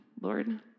Lord